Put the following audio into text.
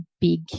big